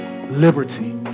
liberty